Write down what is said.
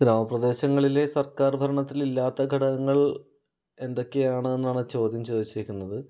ഗ്രാമപ്രദേശങ്ങളിലെ സർക്കാർ ഭരണത്തിലില്ലാത്ത ഘടകങ്ങൾ എന്തൊക്കെയാണെന്നാണ് ചോദ്യം ചോദിച്ചിരിക്കുന്നത്